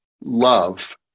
love